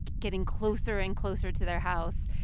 getting closer and closer to their house.